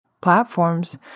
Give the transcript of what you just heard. platforms